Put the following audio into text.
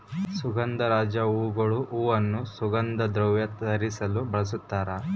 ಸುಗಂಧರಾಜ ಹೂಗಳು ಹೂವನ್ನು ಸುಗಂಧ ದ್ರವ್ಯ ತಯಾರಿಸಲು ಬಳಸ್ತಾರ